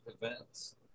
events